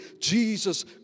Jesus